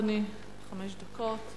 לרשותך, אדוני, חמש דקות.